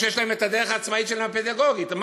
או שיש להם הדרך העצמאית הפדגוגית שלהם.